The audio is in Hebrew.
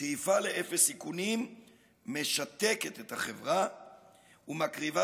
שאיפה לאפס סיכונים משתקת את החברה ומקריבה